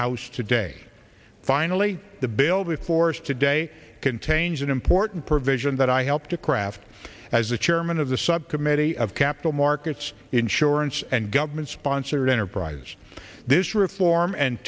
house today finally the bill before us today contains an important provision that i helped to craft as the chairman of the subcommittee of capital markets insurance and government sponsored enterprises this reform and